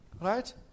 right